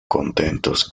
contentos